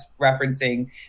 referencing